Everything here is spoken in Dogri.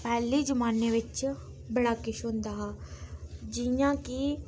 पैह्ले जमान्ने बिच्च बड़ा किश होंदा हा जियां कि